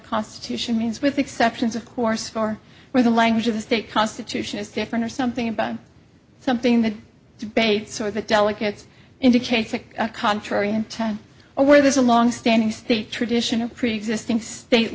constitution means with exceptions of course for where the language of the state constitution is different or something about something that debate sort of a delicate indicates like a contrary intent or where there's a longstanding state tradition of preexisting state